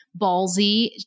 ballsy